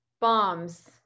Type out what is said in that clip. bombs